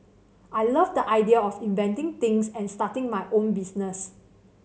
I love the idea of inventing things and starting my own business